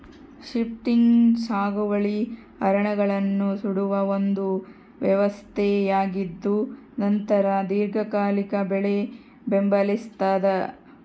shifting ಸಾಗುವಳಿ ಅರಣ್ಯಗಳನ್ನು ಸುಡುವ ಒಂದು ವ್ಯವಸ್ಥೆಯಾಗಿದ್ದುನಂತರ ದೀರ್ಘಕಾಲಿಕ ಬೆಳೆ ಬೆಂಬಲಿಸ್ತಾದ